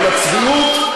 על הצביעות,